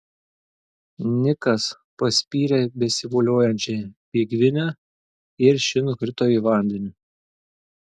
nikas paspyrė besivoliojančią bėgvinę ir ši nukrito į vandenį